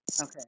Okay